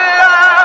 love